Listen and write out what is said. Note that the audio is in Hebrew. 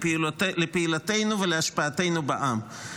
לפעילתנו ולהשפעתנו בעם.